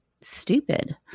stupid